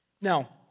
Now